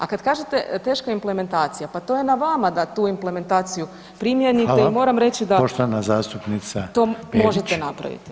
A kad kažete teška implementacija, pa to je na vama da tu implementaciju primijenite [[Upadica Reiner: Hvala.]] i moram reći da to možete napraviti.